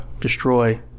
destroy